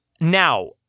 Now